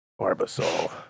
Barbasol